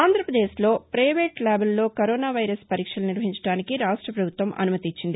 ఆంధ్రప్రదేశ్లో పైవేటు ల్యాబ్లలో corona virus పరీక్షలు నిర్వహించడానికి రాష్ట ప్రభుత్వం అనుమతి నిచ్చింది